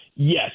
Yes